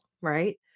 right